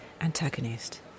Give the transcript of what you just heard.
antagonist